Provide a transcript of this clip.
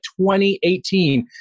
2018